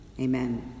Amen